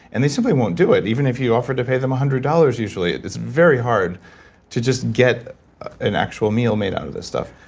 and they simply won't do it even if you offered to pay them one hundred dollars usually. it's very hard to just get an actual meal made out of this stuff.